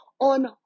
on